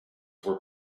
were